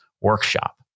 Workshop